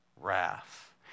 wrath